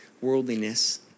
worldliness